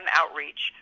outreach